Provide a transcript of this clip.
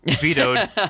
Vetoed